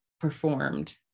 performed